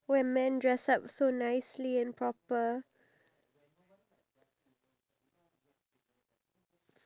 no no as in like a thing so for example you want to bring your iphone there then what will you do with your iphone